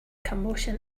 commotion